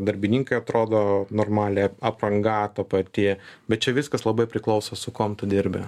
darbininkai atrodo normaliai apranga ta pati bet čia viskas labai priklauso su kuom tu dirbi